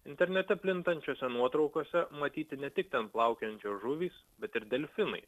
internete plintančiose nuotraukose matyti ne tik ten plaukiančios žuvys bet ir delfinai